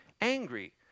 Angry